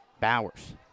Bowers